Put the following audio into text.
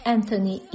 Anthony